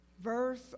Verse